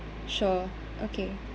sure okay